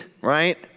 right